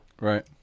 Right